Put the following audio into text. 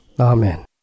Amen